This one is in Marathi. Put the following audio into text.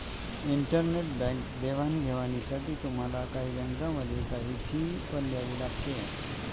इंटरनेट बँक देवाणघेवाणीसाठी तुम्हाला काही बँकांमध्ये, काही फी पण द्यावी लागते